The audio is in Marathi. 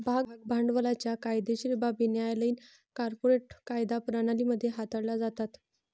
भाग भांडवलाच्या कायदेशीर बाबी न्यायालयीन कॉर्पोरेट कायदा प्रणाली मध्ये हाताळल्या जातात